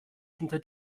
hinter